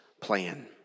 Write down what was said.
plan